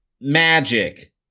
Magic